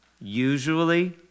usually